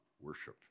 worship